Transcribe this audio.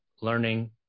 learning